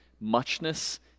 Muchness